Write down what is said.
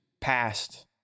past